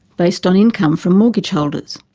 based on income from mortgage holders.